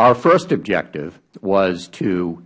our first objective was to